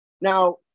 now